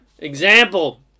example